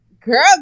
girl